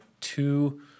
two